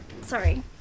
Sorry